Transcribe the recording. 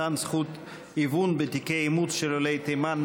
מתן זכות עיון בתיקי אימוץ של עולי תימן,